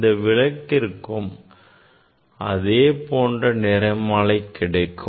இந்த விளக்கிற்கும் அதேபோன்ற நிறமாலை கிடைக்கும்